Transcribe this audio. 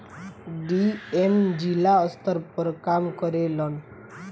DM जिला स्तर पर काम करेलन